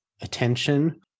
attention